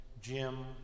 Jim